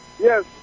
Yes